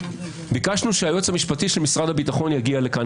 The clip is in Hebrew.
ביקשנו שהיועץ המשפטי של משרד הביטחון יגיע לפה.